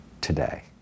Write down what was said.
today